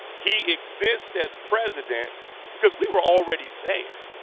he exists as president because we were already there.